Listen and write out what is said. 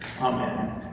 Amen